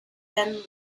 than